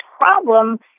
problem